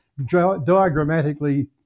diagrammatically